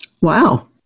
Wow